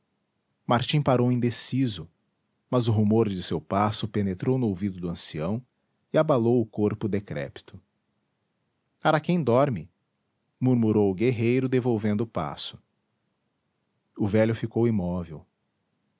martim parou indeciso mas o rumor de seu passo penetrou no ouvido do ancião e abalou o corpo decrépito araquém dorme murmurou o guerreiro devolvendo o passo o velho ficou imóvel